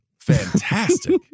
Fantastic